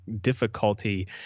difficulty